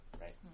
right